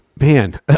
Man